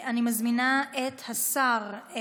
מזמינה את השר,